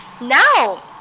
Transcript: now